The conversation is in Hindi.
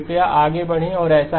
कृपया आगे बढ़ें और ऐसा करें